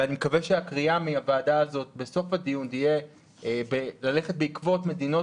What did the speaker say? ואני מקווה שהקריאה מהוועדה הזאת בסוף הדיון תהיה ללכת בעקבות מדינות